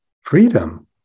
freedom